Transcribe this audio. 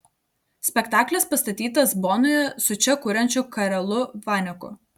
spektaklis pastatytas bonoje su čia kuriančiu karelu vaneku